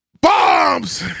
Bombs